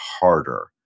harder